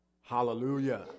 Hallelujah